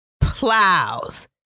plows